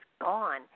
gone